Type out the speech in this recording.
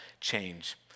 change